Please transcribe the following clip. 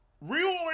Real